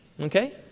okay